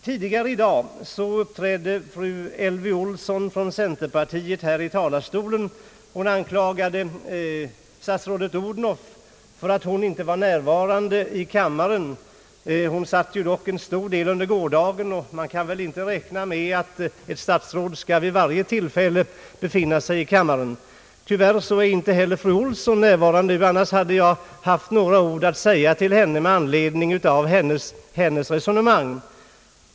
Tidigare i dag uppträdde fru Elvy Olsson från centerpartiet här i talarstolen och anklagade statsrådet Odhnoff för att hon inte var närvarande i kammaren. Hon satt dock här under en stor del av gårdagen, och man kan väl inte räkna med att ett statsråd vid varje tillfälle skall befinna sig i kammaren. Tyvärr är inte heller fru Olsson närvarande — jag skulle vilja säga några ord med anledning av hennes resonemang.